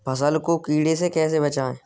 फसल को कीड़े से कैसे बचाएँ?